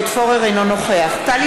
אינו נוכח טלי